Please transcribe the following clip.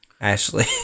Ashley